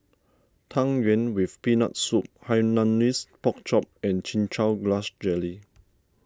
Tang Yuen with Peanut Soup Hainanese Pork Chop and Chin Chow Grass Jelly